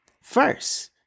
first